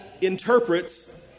interprets